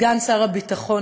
לסגן שר הביטחון,